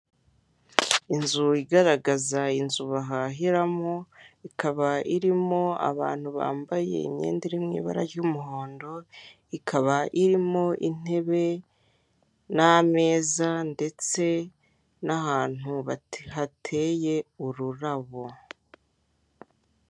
Inzu igaragaza inzu bahahiramo ikaba irimo abantu bambaye imyenda iri mu ibara ry'umuhondo, ikaba irimo intebe n'ameza ndetse n'ahantu hateye ururabo.